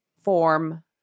form